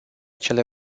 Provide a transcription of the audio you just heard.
cele